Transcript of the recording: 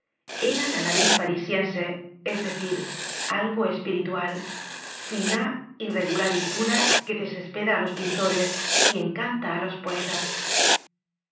era la nariz parisiense es decir algo espiritual fina irregular y pura que desespera á los pintores y encanta á los poetas